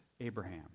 Abraham